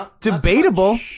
debatable